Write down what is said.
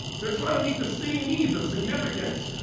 they're tryin' to meet the same needs of significance.